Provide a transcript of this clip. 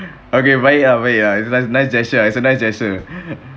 okay baik ah baik ah it's a nice gesture it's a nice gesture